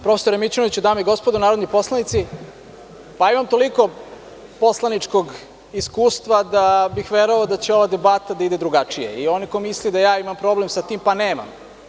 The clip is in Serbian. Profesore Mićunoviću, dame i gospodo narodni poslanici, imam toliko poslaničkog iskustva da bih verovao da će ova debata da ide drugačije i onaj ko misli da ja imam problem sa tim, pa nemam.